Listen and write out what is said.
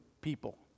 people